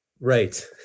Right